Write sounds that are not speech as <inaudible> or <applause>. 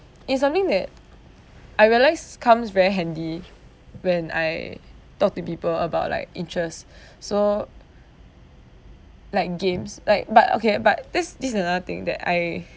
it's something that I realised comes very handy when I talk to people about like interest <breath> so <breath> like games like but okay but this this is another thing that I